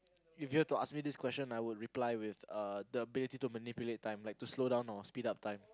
if you to ask me this question I would reply with uh the ability to manipulate time like to slow down or speed up time